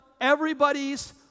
everybody's